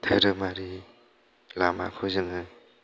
धोरोमारि लामाखौ जोङो